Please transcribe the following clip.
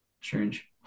strange